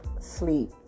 sleep